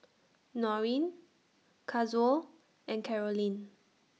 Norine Kazuo and Carolynn